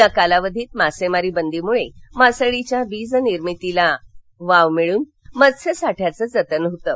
या कालावधीत मासेमारी बंदीमुळे मासळीच्या बीजनिर्मिती प्रक्रियेला वाव मिळून मत्स्यसाठ्याचं जतन होतं